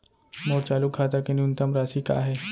मोर चालू खाता के न्यूनतम राशि का हे?